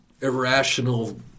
irrational